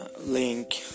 link